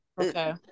Okay